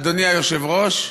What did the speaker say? אדוני היושב-ראש,